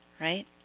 right